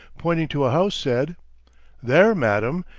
pointing to a house, said there, madam,